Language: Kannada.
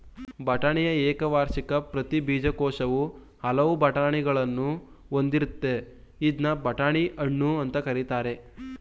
ಬಟಾಣಿಯ ಏಕವಾರ್ಷಿಕ ಪ್ರತಿ ಬೀಜಕೋಶವು ಹಲವು ಬಟಾಣಿಗಳನ್ನು ಹೊಂದಿರ್ತದೆ ಇದ್ನ ಬಟಾಣಿ ಹಣ್ಣು ಅಂತ ಕರೀತಾರೆ